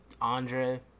andre